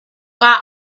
are